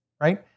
right